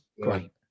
great